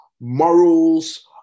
morals